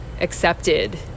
accepted